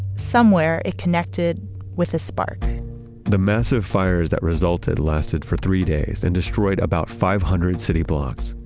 somewhere, it connected with a spark the massive fires that resulted lasted for three days and destroyed about five hundred city blocks.